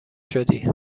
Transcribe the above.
شدی